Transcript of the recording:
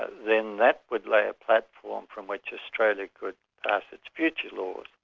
then that would lay a platform from which australia could pass its future laws,